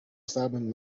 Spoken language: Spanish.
saben